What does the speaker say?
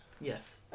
Yes